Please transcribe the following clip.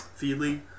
Feedly